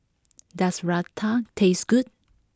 does Raita taste good